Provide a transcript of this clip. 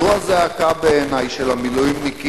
זו בעיני הזעקה של המילואימניקים,